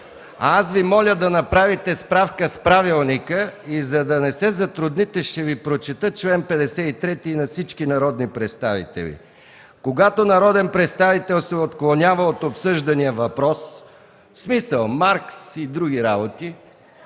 аз Ви моля да направите справка в правилника и за да не се затрудните, ще Ви прочета чл. 53, и на всички народни представители: „Когато народен представител се отклонява от обсъждания въпрос”, в смисъл – Маркс и други работи,